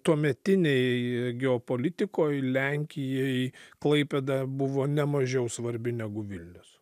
tuometinėj geopolitikoj lenkijai klaipėda buvo nemažiau svarbi negu vilnius